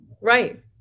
Right